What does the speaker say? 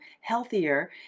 healthier